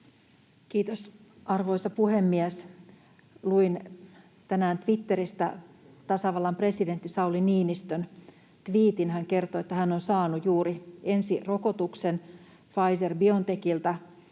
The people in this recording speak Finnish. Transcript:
Kiitos, arvoisa puhemies! Luin tänään Twitteristä tasavallan presidentin Sauli Niinistön tviitin. Hän kertoi, että hän on saanut juuri ensirokotuksen Pfizer-Biontechiltä,